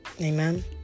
Amen